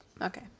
Okay